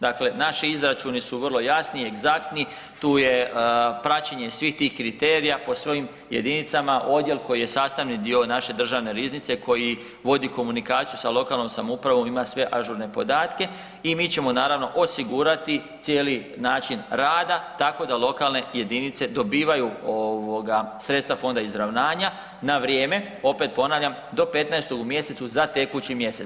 Dakle naši izračuni su vrlo jasni, egzaktni, tu je praćenje svih tih kriterija po svojim jedinica, odjel koji je sastavni dio naše državne riznice koji vodi komunikaciju sa lokalnom samoupravom ima sve ažurne podatke i mi ćemo, naravno, osigurati cijeli način rada tako da lokalne jedinice dobivaju sredstva fonda izravnanja na vrijeme, opet ponavljam, do 15. u mjesecu za tekući mjesec.